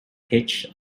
pitch